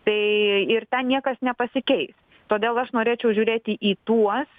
tai ir ten niekas nepasikeis todėl aš norėčiau žiūrėti į tuos